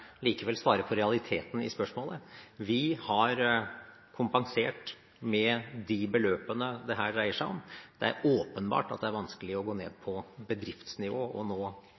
likevel svare på realiteten i spørsmålet: Vi har kompensert med de beløpene det her dreier seg om. Det er åpenbart at det er vanskelig å gå ned på bedriftsnivå og nå